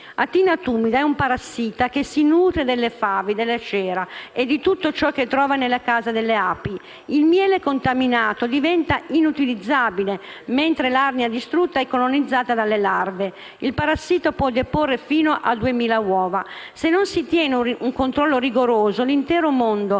L'aethina tumida è un parassita che si nutre dei favi, della cera e di tutto ciò che trova nella casa delle api. Il miele contaminato diventa inutilizzabile mentre l'arnia, distrutta, è colonizzata dalle larve. Il parassita può deporre fino a 2.000 uova. Se non si tiene un controllo rigoroso, l'intero mondo